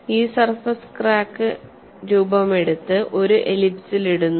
ഈ surface crack രൂപം എടുത്ത് ഒരു എലിപ്സിൽ ഇടുന്നു